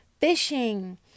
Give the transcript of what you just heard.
fishing